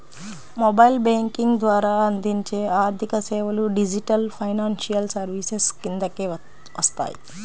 mobile banking ద్వారా అందించే ఆర్థికసేవలు డిజిటల్ ఫైనాన్షియల్ సర్వీసెస్ కిందకే వస్తాయి